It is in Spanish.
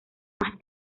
más